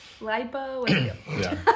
Lipo